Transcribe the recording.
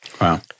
Wow